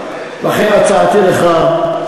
לכן הצעתי לך,